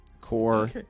Core